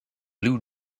blue